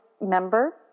member